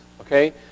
okay